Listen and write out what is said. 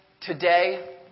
today